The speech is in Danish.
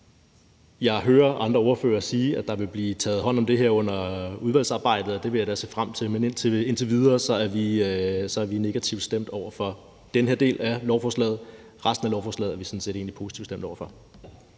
Jeg hører andre ordførere sige, at der vil blive taget hånd om det her under udvalgsarbejdet, og det vil jeg da se frem til, men indtil videre er vi negativt stemt over for den her del af lovforslaget. Resten af lovforslaget er vi sådan set positivt stemt over for.